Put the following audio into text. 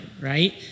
right